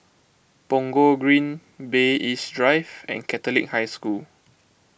Punggol Green Bay East Drive and Catholic High School